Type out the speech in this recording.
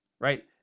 right